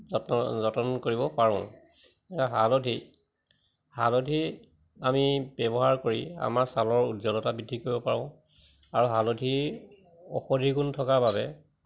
যত্ন যতন কৰিব পাৰোঁ হালধি হালধি আমি ব্যৱহাৰ কৰি আমাৰ ছালৰ উজ্বলতা বৃদ্ধি কৰিব পাৰোঁ আৰু হালধি ঔষধি গুণ থকাৰ বাবে